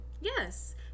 Yes